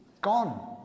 gone